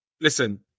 listen